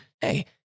hey